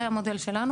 זה המודל שלנו.